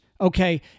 okay